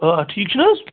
آ ٹھیٖک چھُ نہٕ حظ